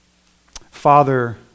Father